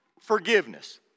forgiveness